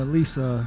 Lisa